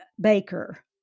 Baker